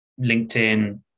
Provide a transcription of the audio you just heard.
LinkedIn